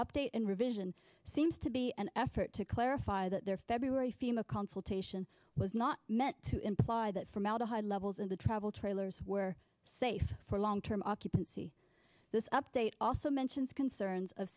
update in revision seems to be an effort to clarify that there feb fema consultation was not meant to imply that formaldehyde levels in the travel trailers were safe for long term occupancy this update also mentions concerns of